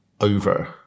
over